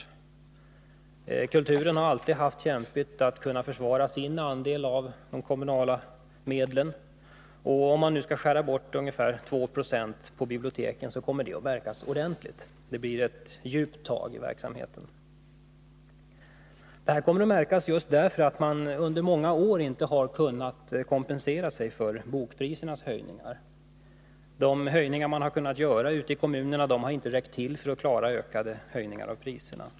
På kulturområdet har man alltid haft det kämpigt att försvara sin andel av de kommunala medlen. Och om man nu skall skära bort ungefär 2 20 från biblioteksverksamheten kommer det att märkas ordentligt. Det blir ett kraftigt ingrepp i verksamheten. Detta kommer att märkas just på grund av att man under många år inte har kunnat kompensera sig för bokprisernas höjningar. De höjningar man har kunnat göra i kommunerna har inte räckt till för att kompensera dessa höjningar av priserna.